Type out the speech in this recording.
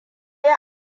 yi